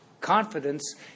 confidence